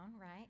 right